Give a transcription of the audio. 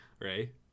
right